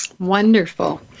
Wonderful